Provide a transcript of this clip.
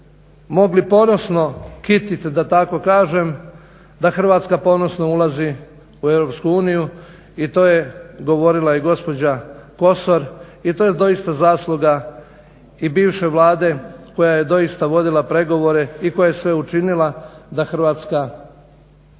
mogli ponosno kitit, da tako kažem, da Hrvatska ponosno u EU i to je govorili i gospođa Kosor, i to je doista zasluga i bivše Vlade koja je doista vodila pregovore i koja je sve učinila da Hrvatska